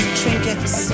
trinkets